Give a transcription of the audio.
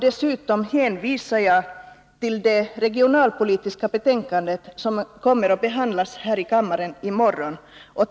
Dessutom hänvisar jag till det regionalpolitiska betänkande som skall behandlas i morgon.